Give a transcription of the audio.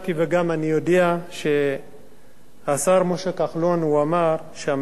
והשר משה כחלון אמר שהממשלה וראש הממשלה